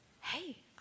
hey